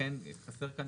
חסרה כאן